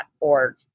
org